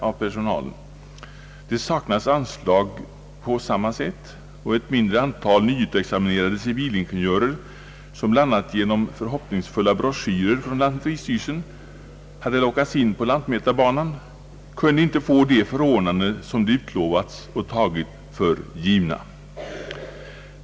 Det saknades då anslag på samma sätt som nu, och ett mindre antal nyutexaminerade civilingenjörer — som bl.a. genom förhoppningsfulla broschyrer från lant mäteristyrelsen lockats in på lantmätarbanan — kunde inte erhålla de förordnanden som de fått löfte om och tagit för givna.